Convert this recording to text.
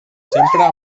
sempre